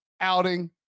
outing